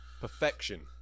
Perfection